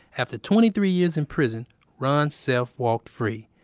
after twenty three years in prison ron self walked free,